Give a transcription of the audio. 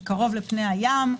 שקרוב לפני הים.